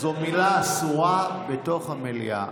זו מילה אסורה בתוך המליאה.